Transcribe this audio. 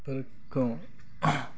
बेफोरखौ